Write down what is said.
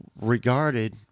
regarded